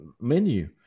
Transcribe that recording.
menu